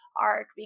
arc